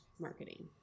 marketing